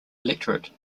electorate